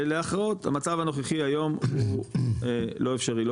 ולהכרעות המצב הנוכחי היום הוא לא אפשרי לא